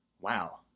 Wow